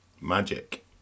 magic